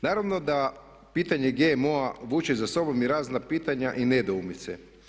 Naravno da pitanje GMO-a vuče za sobom i razna pitanja i nedoumice.